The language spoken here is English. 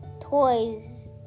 toys